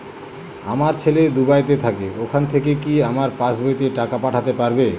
আমার ছেলে দুবাইতে থাকে ওখান থেকে কি আমার পাসবইতে টাকা পাঠাতে পারবে?